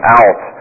out